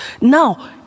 Now